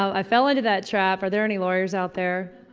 i fell into that trap. are there any lawyers out there?